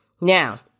Now